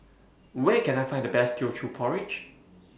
Where Can I Find The Best Teochew Porridge